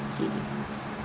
okay